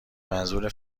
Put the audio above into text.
منظور